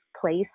place